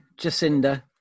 Jacinda